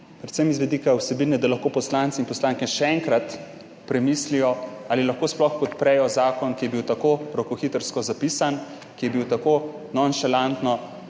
predvsem iz vidika vsebine, da lahko poslanci in poslanke še enkrat premislijo, ali lahko sploh podprejo zakon, ki je bil tako rokohitrsko zapisan, ki je bil tako nonšalantno